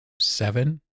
seven